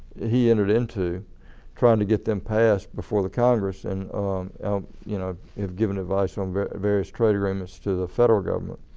he entered into trying to get them passed before the congress and you know i've given advice on various trade agreements to the federal government.